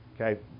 okay